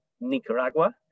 Nicaragua